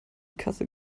kasse